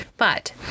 But